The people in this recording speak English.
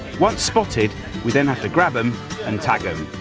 once spotted we then have to grab em and tag em.